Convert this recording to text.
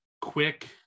quick